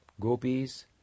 Gopis